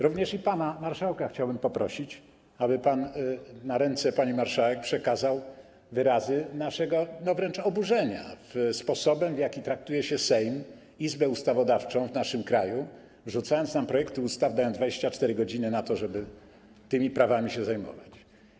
Również pana marszałka chciałbym poprosić, aby pan na ręce pani marszałek przekazał wyrazy naszego oburzenia sposobem, w jaki traktuje się Sejm, izbę ustawodawczą w naszym kraju, rzucając nam projekty ustaw i dając 24 godziny, żeby się tymi prawami zajmować.